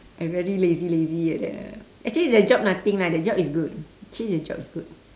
I very lazy lazy like that ah actually that job nothing lah that job is good actually that job is good